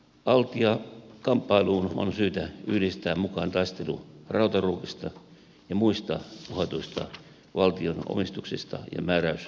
altia kamppailuun on syytä yhdistää mukaan taistelu rautaruukista ja muista uhatuista valtion omistuksista ja määräysvallasta